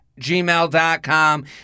gmail.com